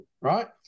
right